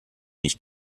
nicht